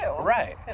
Right